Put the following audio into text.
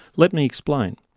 let me explain.